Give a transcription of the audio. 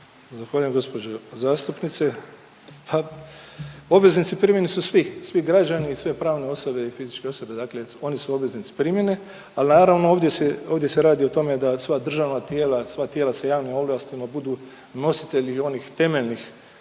Zahvaljujem gđo. zastupnice, ha obveznici primjene su svi, svi građani i sve pravne osobe i fizičke osobe, dakle oni su obveznici primjene, al naravno ovdje se, ovdje se radi o tome da sva državna tijela, sva tijela sa javnim ovlastima budu nositelji onih temeljnih,